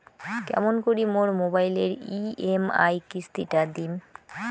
কেমন করি মোর মোবাইলের ই.এম.আই কিস্তি টা দিম?